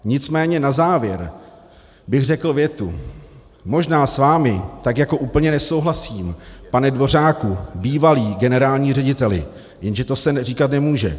Nicméně na závěr bych řekl větu: Možná s vámi tak jako úplně nesouhlasím, pane Dvořáku, bývalý generální řediteli jenže to se říkat nemůže.